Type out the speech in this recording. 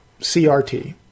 CRT